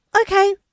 okay